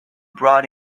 brought